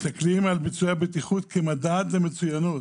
מסתכלים על ביצועי הבטיחות כמדד למצוינות.